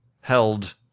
held